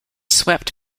swept